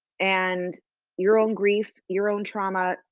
and you're own grief, your own trauma,